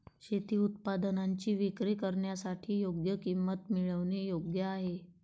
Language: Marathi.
शेती उत्पादनांची विक्री करण्यासाठी योग्य किंमत मिळवणे योग्य आहे